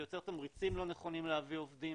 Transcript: זה יותר תמריצים לא נכונים להביא עובדים.